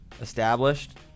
established